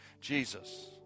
Jesus